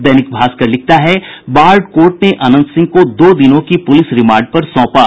दैनिक भास्कर लिखता है बाढ़ कोर्ट ने अनंत सिंह को दो दिनों की पुलिस रिमांड पर सौंपा